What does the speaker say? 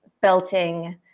belting